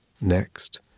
Next